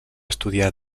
estudiar